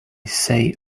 say